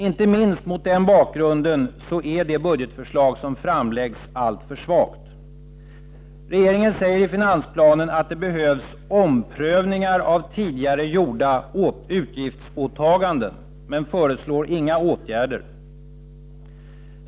Inte minst mot den bakgrunden är det budgetförslag som framläggs alltför svagt. Regeringen säger i finansplanen att det behövs ”omprövningar av tidigare gjorda utgiftsåtaganden” — men föreslår inga åtgärder.